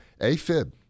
AFib